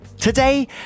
Today